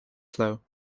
flow